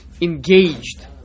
engaged